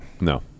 No